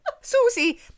Susie